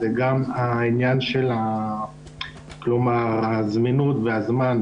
אז זה גם העניין של הזמינות והזמן.